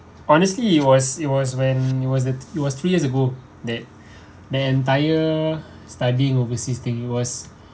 honestly it was it was when it was th~ it was three years ago that that entire studying overseas thing it was